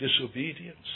disobedience